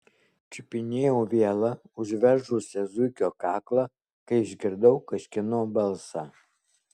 čiupinėjau vielą užveržusią zuikio kaklą kai išgirdau kažkieno balsą